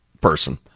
person